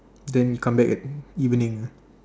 then he come back at evening